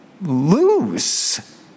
lose